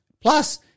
plus